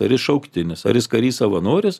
ar jis šauktinis ar jis karys savanoris